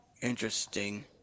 Interesting